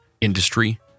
industry